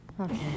Okay